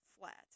flat